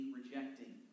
rejecting